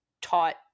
taught